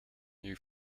you